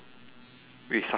with suspenders